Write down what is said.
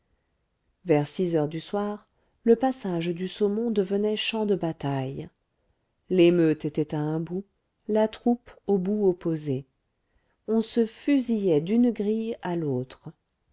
vers six heures du soir le passage du saumon devenait champ de bataille l'émeute était à un bout la troupe au bout opposé on se fusillait d'une grille à l'autre